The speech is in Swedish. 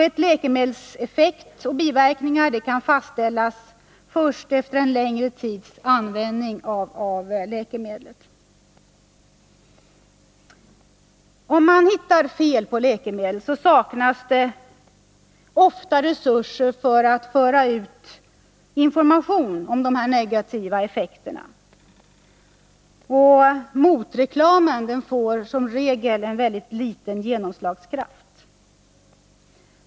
Ett läkemedels effekt och biverkningar kan fastställas först efter en längre tids användning. Om man hittar fel på ett läkemedel, saknas det ofta resurser för att föra ut information om de negativa effekterna av detta läkemedel. Motreklamen får som regel ytterst liten genomslagskraft.